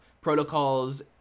protocols